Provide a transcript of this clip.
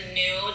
new